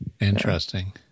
Interesting